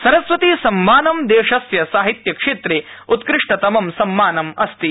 सरस्वतीसम्मानं देशस्य साहित्यक्षेत्रे उत्कृष्टतमं सम्मानम अस्ति